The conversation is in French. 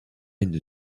une